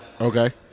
Okay